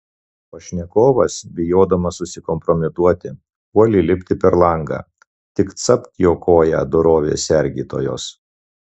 pašnekovas bijodamas susikompromituoti puolė lipti per langą tik capt jo koją dorovės sergėtojos